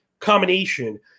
combination